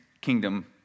kingdom